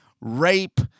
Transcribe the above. rape